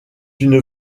une